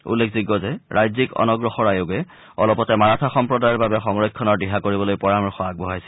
উল্লেখযোগ্য যে ৰাজ্যিক পিছপৰা শ্ৰেণী আয়োগে অলপতে মাৰাঠা সম্প্ৰদায়ৰ বাবে সংৰক্ষণৰ দিহা কৰিবলৈ পৰামৰ্শ আগবঢ়াইছিল